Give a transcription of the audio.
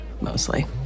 mostly